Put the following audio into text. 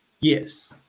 yes